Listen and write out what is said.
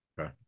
okay